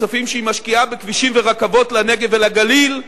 בכספים שהיא משקיעה בכבישים וברכבות לנגב ולגליל,